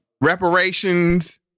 reparations